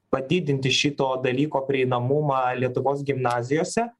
padidinti šito dalyko prieinamumą lietuvos gimnazijose